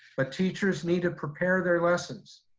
but teachers need to prepare their lessons.